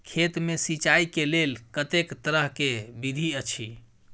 खेत मे सिंचाई के लेल कतेक तरह के विधी अछि?